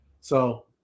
So-